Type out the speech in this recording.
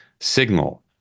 signal